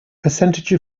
percentage